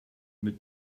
mit